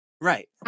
right